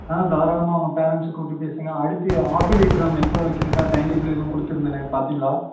ஆ தாராளமாக அவங்க பேரன்ட்ஸை கூப்டு பேசுங்க அடுத்து ஆஃபேலி எக்ஸாம் எப்போ வைக்கிறதாக டைம்டேபுள் ஏதும் கொடுத்திருந்தனே பார்த்திங்ளா